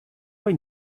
why